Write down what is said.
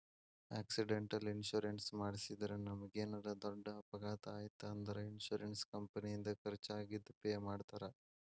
accidental insurance ಮಾಡಿಸಿದ್ರ ನಮಗೇನರ ದೊಡ್ಡ ಅಪಘಾತ ಆಯ್ತ್ ಅಂದ್ರ ಇನ್ಶೂರೆನ್ಸ್ ಕಂಪನಿಯಿಂದ ಖರ್ಚಾಗಿದ್ ಪೆ ಮಾಡ್ತಾರಾ